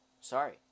Sorry